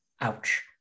Ouch